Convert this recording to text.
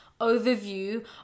overview